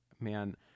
man